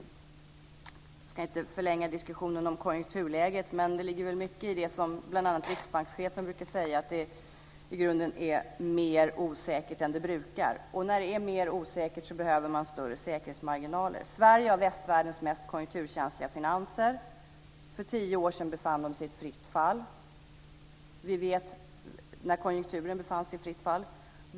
Jag ska inte förlänga diskussionen om konjunkturläget, men det ligger mycket i det som bl.a. riksbankschefen brukar säga om att det i grunden är mer osäkert än det brukar. När det är mer osäkert behöver man större säkerhetsmarginaler. Sverige har västvärldens mest konjunkturkänsliga finanser. För tio år sedan befann sig finanserna i fritt fall.